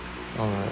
alright